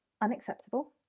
unacceptable